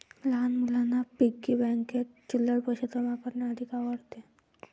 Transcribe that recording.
लहान मुलांना पिग्गी बँकेत चिल्लर पैशे जमा करणे अधिक आवडते